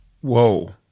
Whoa